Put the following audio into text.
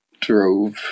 drove